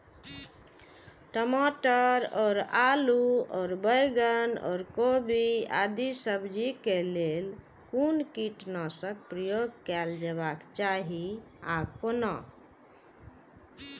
टमाटर और आलू और बैंगन और गोभी आदि सब्जी केय लेल कुन कीटनाशक प्रयोग कैल जेबाक चाहि आ कोना?